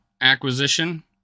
acquisition